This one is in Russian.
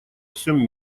всем